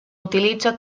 utilitza